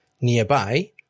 nearby